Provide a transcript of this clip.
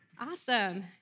Awesome